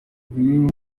bihugu